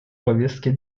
повестки